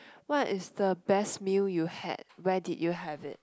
what is the best meal you had where did you have it